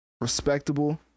respectable